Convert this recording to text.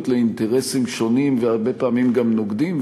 לאינטרסים שונים והרבה פעמים גם נוגדים,